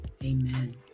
Amen